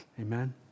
Amen